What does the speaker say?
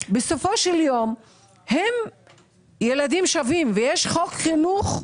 בסופו של יום הם ילדים שווים ויש חוק חינוך חובה,